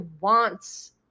wants